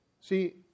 See